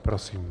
Prosím.